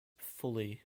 fully